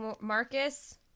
Marcus